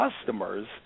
customers